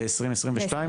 ב-2022?